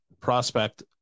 prospect